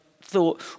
thought